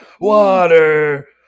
Water